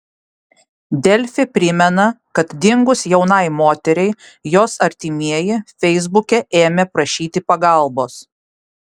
delfi primena kad dingus jaunai moteriai jos artimieji feisbuke ėmė prašyti pagalbos